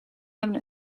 hebben